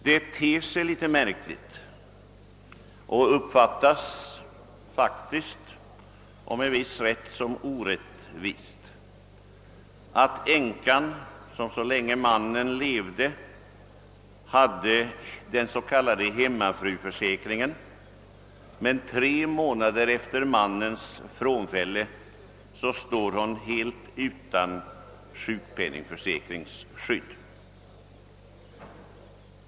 Det ter sig litet märkligt och uppfatlas med visst fog som orättvist, att änkan, som så länge mannen levde hade den s.k. hemmafruförsäkringen, tre månader efter mannens frånfälle helt står utan sjukpenningförsäkringsskydd.